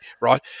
right